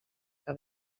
que